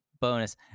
bonus